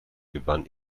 gewann